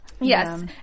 Yes